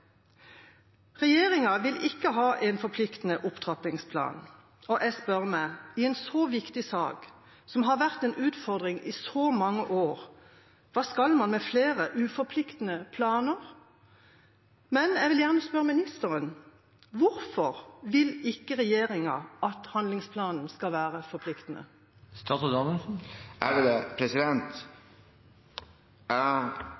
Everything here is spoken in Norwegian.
Regjeringa vil ikke ha en forpliktende opptrappingsplan, og jeg spør meg: I en så viktig sak, som har vært en utfordring i så mange år, hva skal man med flere uforpliktende planer? Jeg vil gjerne spørre ministeren: Hvorfor vil ikke regjeringa at handlingsplanen skal være